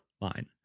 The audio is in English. line